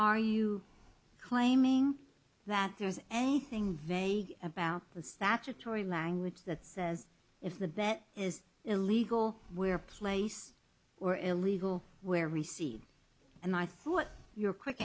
are you claiming that there's anything vague about the statutory language that says if the bet is illegal where place or illegal where we see and i thought your quick